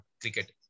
Cricket